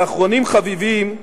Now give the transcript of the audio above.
ואחרונים חביבים,